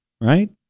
Right